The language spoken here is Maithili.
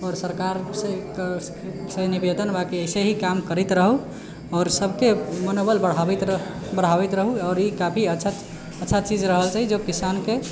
आओर सरकारसँ एक निवेदन बा कि अइसे ही काम करैत रहू आओर सबके मनोबल बढ़ाबैत रहू आओर ई काफी अच्छा अच्छा चीज रहै छै जे किसानके